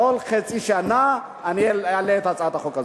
כל חצי שנה אני אעלה את הצעת החוק הזאת.